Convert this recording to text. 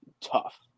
tough